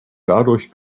dadurch